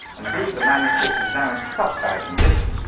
and b, the manuscript is now in such bad condition,